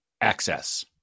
access